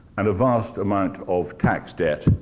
and a vast amount of tax debt,